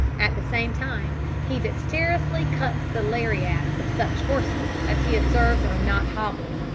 at the same time he dexterously cuts the laryats of such horses as he observes are not hobbled.